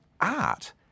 art